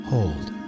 Hold